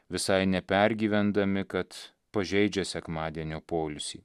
visai nepergyvendami kad pažeidžia sekmadienio poilsį